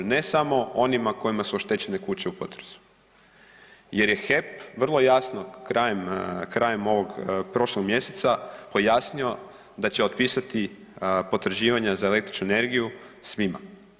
Ne samo onima kojima su oštećene kuće u potresu jer je HEP vrlo jasno krajem ovog prošlog mjeseca pojasnio da će otpisati potraživanje za električnu energiju svima.